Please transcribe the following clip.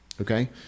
Okay